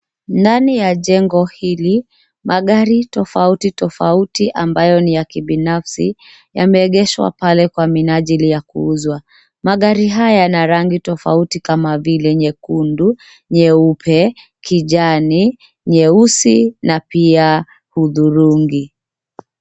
Ndani ya jengo hili, magari tofauti tofauti ambayo ni ya kibinafsi, yameegeshwa pale kwa minajili ya kuuzwa. Magari haya yana rangi tofauti kama vile nyekundu, nyeupe ,kijani, nyeusi na pia hudhurungi.